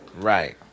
Right